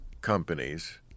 companies